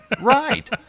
Right